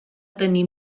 tenir